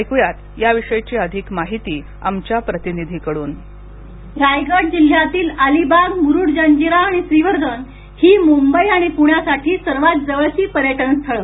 ऐकू या या विषयीची अधिक माहिती आमच्या प्रतिनिधीकडून रायगड जिल्हयातील अलिबागमुरूड जंजिरा आणि श्रीवर्धन ही मुंबई आणि पुण्यासाठी सर्वात जवळची पर्यटन स्थळं